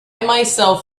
myself